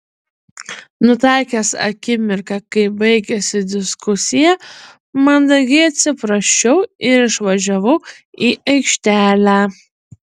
nutaikęs akimirką kai baigėsi diskusija mandagiai atsiprašiau ir išvažiavau į aikštelę